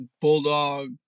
bulldog